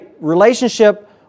relationship